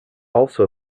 also